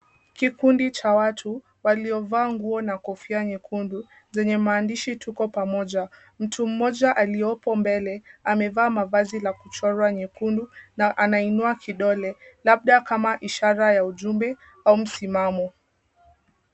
Kikundi cha watu waliovaa nguo na kofia nyekundu zenye maandishi Tuko Pamoja. Mtu mmoja aliyopo mbele, amevaa mavazi la kuchorwa nyekundu na anainua kidole, labda kama ishara ya ujumbe au msimamo.